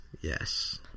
yes